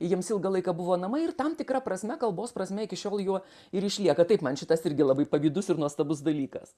jiems ilgą laiką buvo namai ir tam tikra prasme kalbos prasme iki šiol juo ir išlieka taip man šitas irgi labai pavydus ir nuostabus dalykas